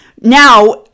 now